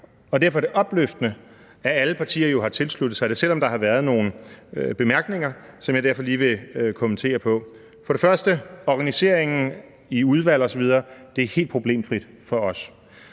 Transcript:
og derfor er det opløftende, at alle partier jo har tilsluttet sig det, selv om der har været nogle bemærkninger, som jeg derfor lige vil kommentere på. For det første er der organiseringen i udvalg osv. – det er helt problemfrit for os.